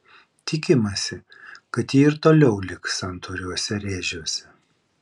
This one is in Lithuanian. tikimasi kad ji ir toliau liks santūriuose rėžiuose